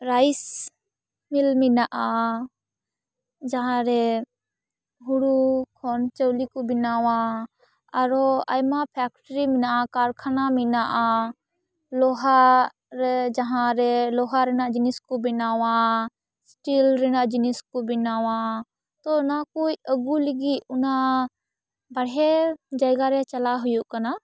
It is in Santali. ᱨᱟᱭᱤᱥ ᱢᱤᱞ ᱢᱮᱱᱟᱜᱼᱟ ᱡᱟᱦᱟᱸ ᱨᱮ ᱦᱩᱲᱩ ᱠᱷᱚᱱ ᱪᱟᱹᱣᱞᱮ ᱠᱚ ᱵᱮᱱᱟᱣᱟ ᱟᱨᱚ ᱟᱭᱢᱟ ᱯᱷᱮᱠᱴᱨᱤ ᱢᱮᱱᱟᱜᱼᱟ ᱠᱟᱨᱠᱷᱟᱱᱟ ᱢᱮᱱᱟᱜᱼᱟ ᱞᱳᱦᱟ ᱨᱮ ᱡᱟᱦᱟᱸ ᱨᱮ ᱞᱳᱦᱟ ᱨᱮᱱᱟᱜ ᱡᱤᱱᱤᱥ ᱠᱚ ᱵᱮᱱᱟᱣᱟ ᱥᱴᱤᱞ ᱨᱮᱱᱟᱜ ᱡᱤᱱᱤᱥ ᱠᱚ ᱵᱮᱱᱟᱣᱟ ᱛᱚ ᱚᱱᱟᱠᱚ ᱟᱹᱜᱩ ᱞᱟᱹᱜᱤᱫ ᱚᱱᱟ ᱵᱟᱨᱦᱮ ᱡᱟᱭᱜᱟ ᱨᱮ ᱪᱟᱞᱟᱜ ᱦᱩᱭᱩᱜ ᱠᱟᱱᱟ